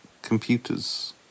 Computers